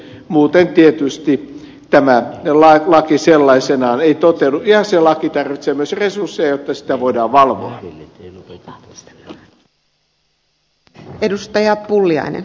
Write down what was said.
muuten tämä laki ei tietysti sellaisenaan toteudu ja se laki tarvitsee myös resursseja jotta sitä voidaan valvoa